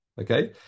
Okay